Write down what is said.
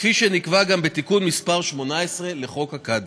כפי שנקבע גם בתיקון מס' 18 לחוק הקאדים.